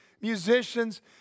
musicians